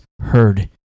heard